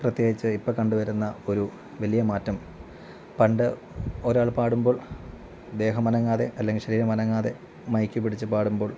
പ്രത്യേകിച്ച് ഇപ്പോള് കണ്ടുവരുന്ന ഒരു വലിയ മാറ്റം പണ്ട് ഒരാൾ പാടുമ്പോൾ ദേഹമനങ്ങാതെ അല്ലെങ്കിൽ ശരീരമനങ്ങാതെ മൈക്ക് പിടിച്ചു പാടുമ്പോൾ